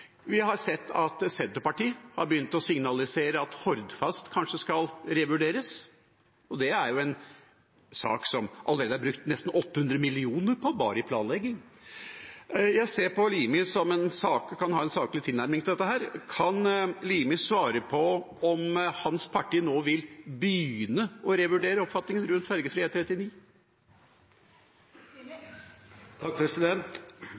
Vi har sett at Senterpartiet har begynt å signalisere at Hordfast kanskje skal revurderes, og det er en sak som det allerede er brukt nesten 800 mill. kr på bare i planlegging. Jeg ser på representanten Limi som en som kan ha en saklig tilnærming til dette. Kan representanten Limi svare på om hans parti nå vil begynne å revurdere oppfatningen rundt